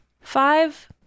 five